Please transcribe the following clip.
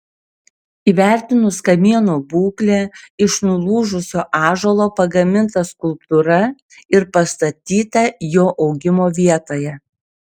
įvertinus kamieno būklę iš nulūžusio ąžuolo pagaminta skulptūra ir pastatyta jo augimo vietoje